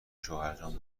شوهرجان